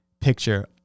picture